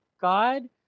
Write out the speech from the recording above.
God